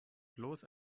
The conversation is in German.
bloß